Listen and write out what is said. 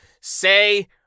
say